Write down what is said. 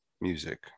music